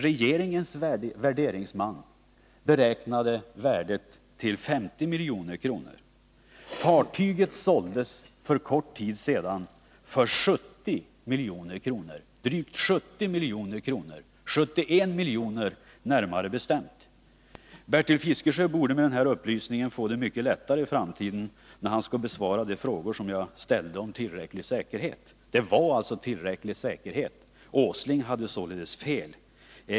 Regeringens värderingsman beräknade värdet till 50 milj.kr. Fartyget såldes för kort tid sedan för 71 milj.kr. Bertil Fiskesjö bör med den här upplysningen få det mycket lättare när han framöver skall besvara mina frågor om fartyget utgjorde tillräcklig säkerhet. Det utgjorde tillräcklig säkerhet, varför Nils Åsling hade fel.